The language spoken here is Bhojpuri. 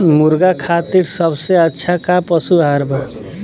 मुर्गा खातिर सबसे अच्छा का पशु आहार बा?